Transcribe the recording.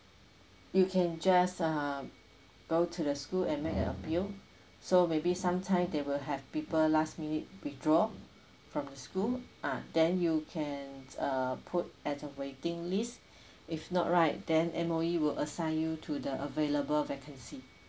you can just um go to the school and make a appeal so maybe sometimes they will have people last minute withdraw from the school ah then you can err put at the waiting list if not right then M_O_E will assign you to the available vacancy